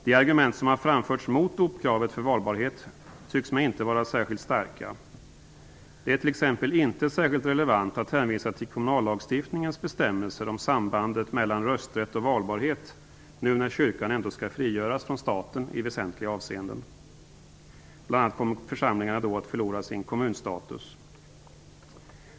De argument som har framförts mot dopkravet för valbarhet tycks mig inte vara särskilt starka. Det är t.ex. inte särskilt relevant att hänvisa till kommunallagstiftningens bestämmelser om sambandet mellan rösträtt och valbarhet nu när kyrkan ändå skall frigöras från staten i väsentliga avseenden. Församlingarna kommer då t.ex. att förlora sin kommunstatus.